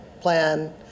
Plan